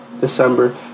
December